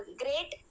great